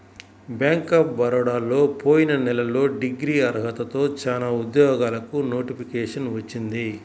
bank of బరోడాలో పోయిన నెలలో డిగ్రీ అర్హతతో చానా ఉద్యోగాలకు నోటిఫికేషన్ వచ్చింది